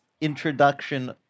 introduction